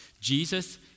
Jesus